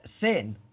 sin